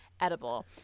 edible